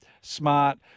smart